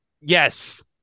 Yes